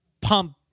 Pump